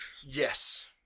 Yes